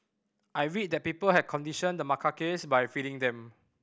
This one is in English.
I read that people had conditioned the macaques by feeding them